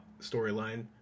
storyline